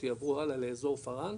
יעברו הלאה לאזור פראן,